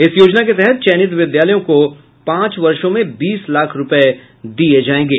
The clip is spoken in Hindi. इस योजना के तहत चयनित विद्यालयों को पांच वर्षों में बीस लाख रूपये दिये जायेंगे